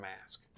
mask